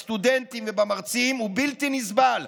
בסטודנטים ובמרצים הוא בלתי נסבל.